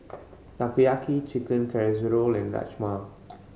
Takoyaki Chicken Casserole and Rajma